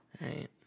Right